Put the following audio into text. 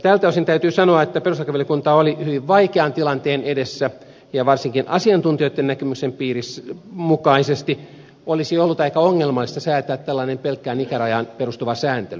tältä osin täytyy sanoa että perustuslakivaliokunta oli hyvin vaikean tilanteen edessä ja varsinkin asiantuntijoitten näkemysten mukaan olisi ollut aika ongelmallista säätää tällainen pelkkään ikärajaan perustuva sääntely